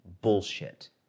Bullshit